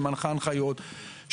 שמנחה הנחיות.